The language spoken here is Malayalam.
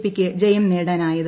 പി യ്ക്ക് ജയം നേടാനായത്